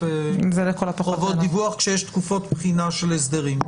חובות דיווח כשיש תקופות בחינה של הסדרים.